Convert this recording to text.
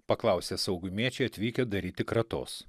paklausė saugumiečiai atvykę daryti kratos